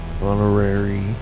honorary